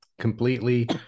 completely